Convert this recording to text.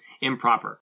improper